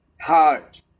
heart